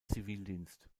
zivildienst